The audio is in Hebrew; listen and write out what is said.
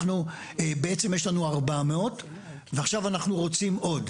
בעצם יש לנו 400 ועכשיו אנחנו רוצים עוד.